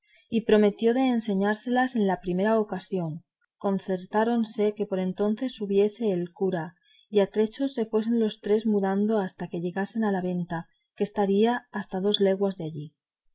y prometió de enseñársele en la primera ocasión concertáronse que por entonces subiese el cura y a trechos se fuesen los tres mudando hasta que llegasen a la venta que estaría hasta dos leguas de allí